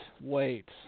wait